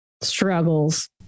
struggles